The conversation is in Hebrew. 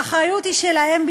האחריות היא שלהם,